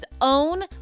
own